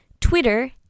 Twitter